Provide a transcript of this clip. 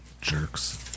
Jerks